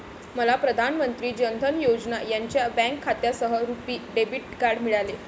मला प्रधान मंत्री जान धन योजना यांच्या बँक खात्यासह रुपी डेबिट कार्ड मिळाले